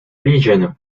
region